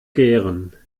gären